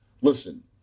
listen